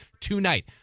tonight